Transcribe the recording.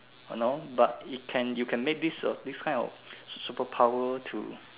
no but it can you can make this this kind of superpower to